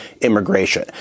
immigration